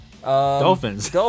Dolphins